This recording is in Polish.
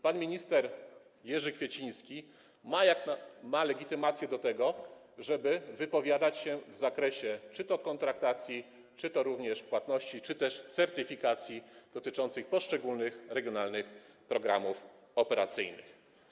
Pan minister Jerzy Kwieciński ma legitymację do tego, żeby wypowiadać się w zakresie czy to kontraktacji, czy to płatności, czy też certyfikacji dotyczącej poszczególnych regionalnych programów operacyjnych.